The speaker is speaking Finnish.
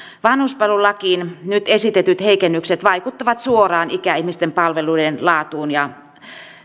vanhuspalvelulakiin nyt esitetyt heikennykset vaikuttavat suoraan ikäihmisten palveluiden laatuun ja